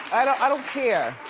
i don't care.